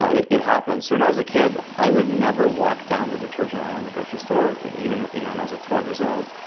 it happens. so when i was a kid, i would never walk down the detergent aisle in the grocery store, even you know when i was like twelve years old.